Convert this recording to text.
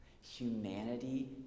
humanity